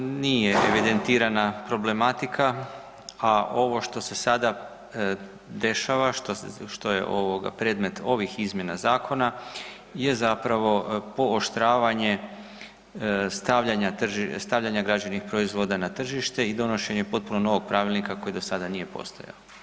Nije evidentirana problematika, a ovo što se sada dešava, što je predmet ovih izmjena zakona je zapravo pooštravanje stavljanja građevnih proizvoda na tržište i donošenje potpuno novog pravilnika koji do sada nije postojao.